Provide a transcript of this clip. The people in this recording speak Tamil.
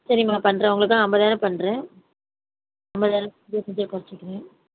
சரிம்மா பண்ணுறேன் உங்களுக்காக ஐம்பதாயிரம் பண்ணுறேன் ஐம்பதாயிரம் இருபத்தஞ்சாயிரம் கொறைச்சிக்கிறேன்